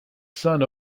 son